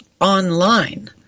online